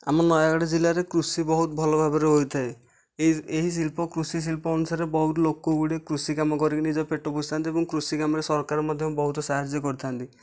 ଆମ ନୟାଗଡ଼ ଜିଲ୍ଲାରେ କୃଷି ବହୁତ ଭଲ ଭାବରେ ହୋଇଥାଏ ଏହି ଏହି ଶିଳ୍ପ କୃଷି ଶିଳ୍ପ ଅନୁସାରେ ବହୁତ ଲୋକ ଗୁଡ଼ିକ କୃଷି କାମ କରିକି ନିଜ ପେଟ ପୋଷିଥାନ୍ତି ଏବଂ କୃଷି କାମରେ ସରକାର ମଧ୍ୟ ବହୁତ ସାହାଯ୍ୟ କରିଥାନ୍ତି